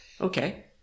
Okay